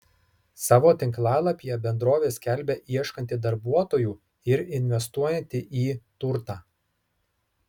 savo tinklalapyje bendrovė skelbia ieškanti darbuotojų ir investuojanti į turtą